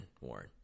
Warren